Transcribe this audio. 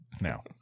now